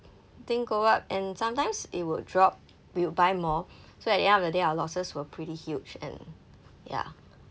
didn't go up and sometimes it will drop we would buy more so at the end of the day our losses were pretty huge and ya